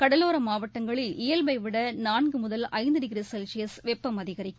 கடவோரமாவட்டங்களில் இயல்பைவிடநான்குமுதல் ஐந்துடிகிரிசெல்சியஸ் வெப்பம் அதிகரிக்கும்